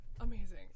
Amazing